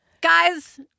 Guys